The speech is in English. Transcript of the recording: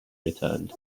returned